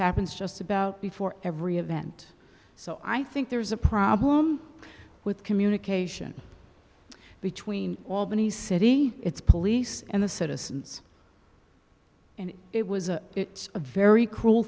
happens just about before every event so i think there's a problem with communication between albany city its police and the citizens and it was a it's a very cruel